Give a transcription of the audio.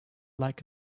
like